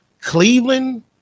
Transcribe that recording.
Cleveland